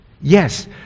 Yes